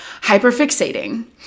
hyperfixating